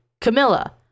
camilla